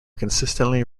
consistently